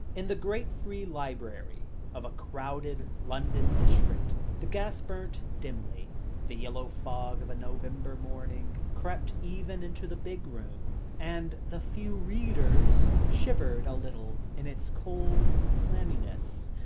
in the great free library of a crowded london district, the gas burnt dimly the yellow fog of a november morning crept even into the big room, and the few readers shivered a little in its cold clamminess.